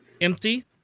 empty